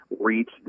reach